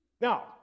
Now